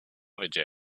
another